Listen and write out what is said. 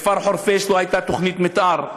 בכפר חורפיש לא הייתה תוכנית מתאר,